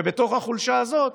ובתוך החולשה הזאת,